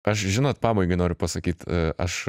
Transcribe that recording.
aš žinot pabaigai noriu pasakyt aš